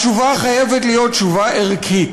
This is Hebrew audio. התשובה חייבת להיות תשובה ערכית,